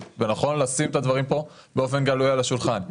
ונכון לשים את הדברים כאן על השולחן באופן גלוי.